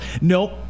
nope